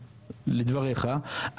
לדבריך,